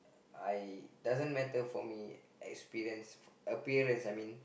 I doesn't matter for me experience appearance I mean